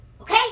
Okay